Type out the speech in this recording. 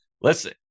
listen